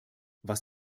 was